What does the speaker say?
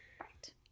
Right